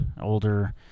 older